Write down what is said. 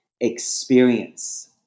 experience